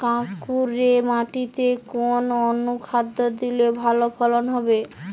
কাঁকুরে মাটিতে কোন অনুখাদ্য দিলে ভালো ফলন হবে?